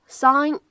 sign